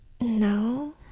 no